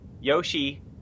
Yoshi